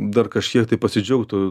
dar kažkiek tai pasidžiautų